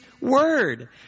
word